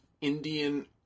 indian